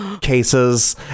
cases